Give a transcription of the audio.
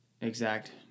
exact